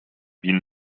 ville